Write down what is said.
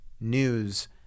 news